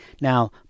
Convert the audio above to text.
Now